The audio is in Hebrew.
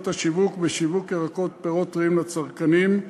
השיווק בשיווק ירקות ופירות טריים לצרכנים,